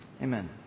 Amen